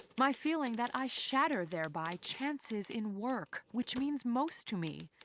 my feeling that i shatter there by chances in work, which means most to me.